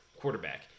quarterback